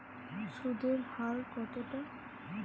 সুদের হার কতটা?